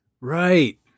right